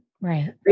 Right